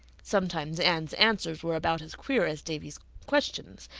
sometimes anne's answers were about as queer as davy's questions,